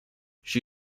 she